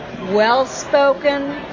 well-spoken